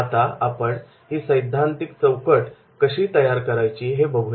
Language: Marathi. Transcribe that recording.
आता आपण ही सैद्धान्तिक चौकट कशी तयार करायची हे बघूया